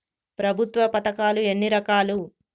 ప్రభుత్వ పథకాలు ఎన్ని రకాలు?